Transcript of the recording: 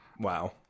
Wow